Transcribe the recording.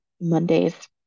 Mondays